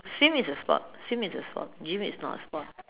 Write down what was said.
swim is a sport swim is a sport gym is not a sport